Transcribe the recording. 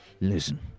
listen